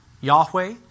Yahweh